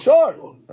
Sure